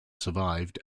survived